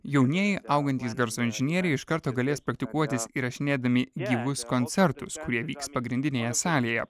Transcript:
jaunieji augantys garso inžinieriai iš karto galės praktikuotis įrašinėdami gyvus koncertus kurie vyks pagrindinėje salėje